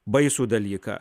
baisų dalyką